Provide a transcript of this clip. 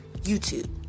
youtube